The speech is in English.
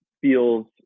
feels